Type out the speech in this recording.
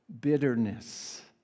bitterness